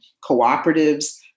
cooperatives